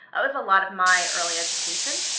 that was a lot of my early education,